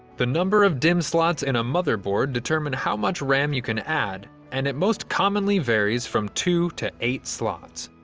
the number of dimm slots in a motherboard determine how much ram you can add and it most commonly varies from two to eight slots.